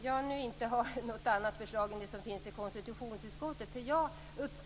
Jag har inte något annat förslag än det som konstitutionsutskottet har lagt fram.